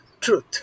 truth